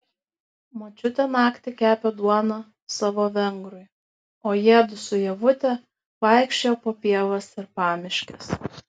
močiutė naktį kepė duoną savo vengrui o jiedu su ievute vaikščiojo po pievas ir pamiškes